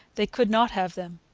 they could not have them.